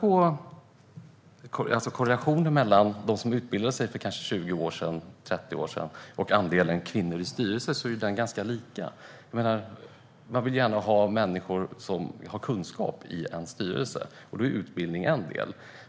Om man jämför andelen kvinnor som utbildade sig för 20-30 år sedan och andelen kvinnor i styrelser ser man att de är ganska lika. Man vill gärna ha människor som har kunskap i en styrelse. Då är utbildning en del.